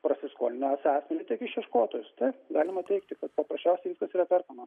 prasiskolinusį asmenį taip išieškotojus taip galima teigti kad paprasčiausiai viskas yra perkama